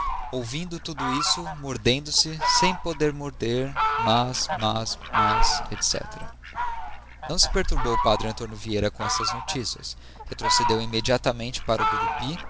vindo tudo isto mordendo se sem poder morder mas mas mas etc não se perturbou o p antónio vieira com estas noticias retrocedeu immediatamente para o gurupy